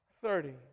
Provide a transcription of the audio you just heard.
thirty